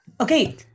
Okay